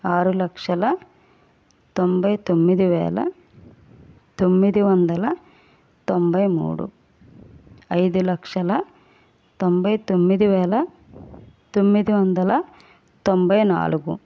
ఆరు లక్షల తోంభై తొమ్మిది వేల తొమ్మిది వందల తోంభై మూడు ఐదు లక్షల తోంభై తొమ్మిది వేల తొమ్మిది వందల తోంభై నాలుగు